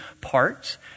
parts